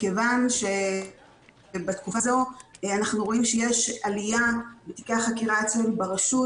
מכיוון שאנחנו רואים שיש עלייה בתיקי החקירה אצלנו ברשות,